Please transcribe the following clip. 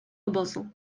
obozu